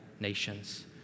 nations